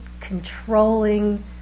controlling